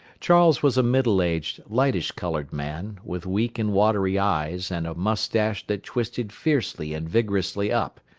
charles was a middle-aged, lightish-colored man, with weak and watery eyes and a mustache that twisted fiercely and vigorously up,